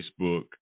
Facebook